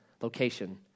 location